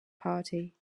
party